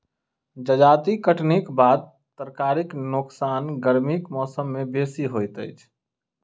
जजाति कटनीक बाद तरकारीक नोकसान गर्मीक मौसम मे बेसी होइत अछि